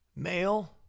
Male